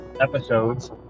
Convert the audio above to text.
episodes